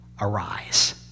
arise